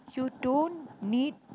you don't need